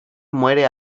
muere